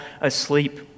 asleep